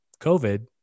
COVID